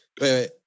wait